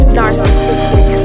narcissistic